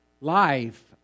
life